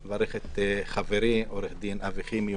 אני מברך את חברי עו"ד אבי חימי,